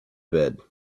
bed